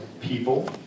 people